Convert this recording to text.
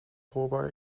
hoorbaar